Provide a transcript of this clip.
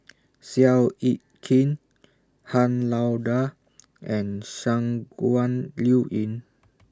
Seow Yit Kin Han Lao DA and Shangguan Liuyun